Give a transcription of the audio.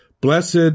Blessed